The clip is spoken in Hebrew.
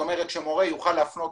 מורה יכול להפנות